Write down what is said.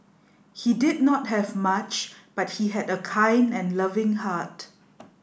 he did not have much but he had a kind and loving heart